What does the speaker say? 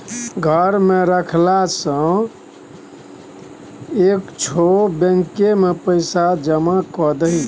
घर मे राखला सँ नीक छौ बैंकेमे पैसा जमा कए दही